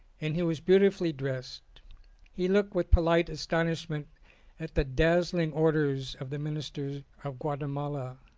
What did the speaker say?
and he was beautifully dressed he looked with polite astonishment at the dazzling orders of the minister of guatemala.